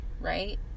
right